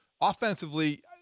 offensively